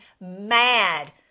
mad